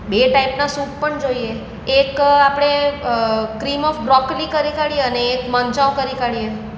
બે ટાઈપના સૂપ પણ જોઈએ એક આપણે ક્રીમ ઓફ બ્રોકલી કરી કાઢીએ અને એક મંચાઉ કરી કાઢીએ